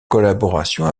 collaboration